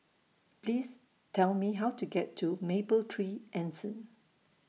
Please Tell Me How to get to Mapletree Anson